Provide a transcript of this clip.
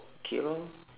okay lor